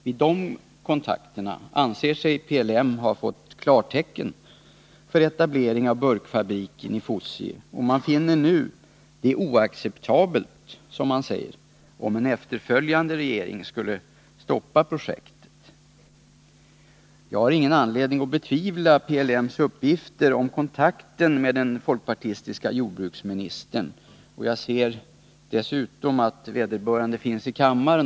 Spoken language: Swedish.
Vid dessa kontakter anser sig PLM ha fått klartecken för etablering av burkfabriken i Fosie. Och man finner det nu — som man uttrycker det — oacceptabelt, om en efterföljande regering skulle stoppa projektet. Jag har ingen anledning betvivla PLM:s uppgifter om kontakterna med den folkpartistiske jordbruksministern. Jag ser att vederbörande finns i kammaren.